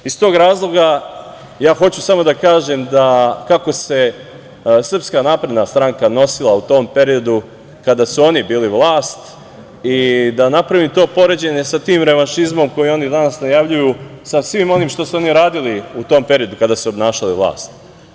Iz tog razloga hoću samo da kažem da kako se SNS nosila u tom periodu kada su oni bili vlast i da napravim to poređenje sa tim revanšizmom koji oni danas najavljuju sa svim onim što su oni radili u tom periodu kada su obnašali vlast.